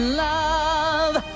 love